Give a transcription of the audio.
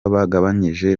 bagabanyije